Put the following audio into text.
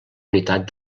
unitat